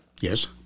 Yes